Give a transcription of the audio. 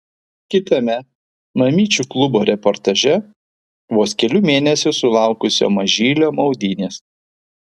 kitame mamyčių klubo reportaže vos kelių mėnesių sulaukusio mažylio maudynės